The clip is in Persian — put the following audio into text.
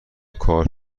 کارت